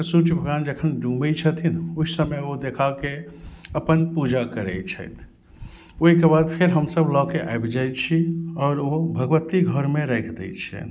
सूर्ज भगवान जखन डुबै छथिन ओहि समय ओ देखाके अपन पूजा करै छथि ओहिके बाद फेर हमसब लऽके आबि जाइ छी आओर ओ भगवती घरमे राखि दै छियनि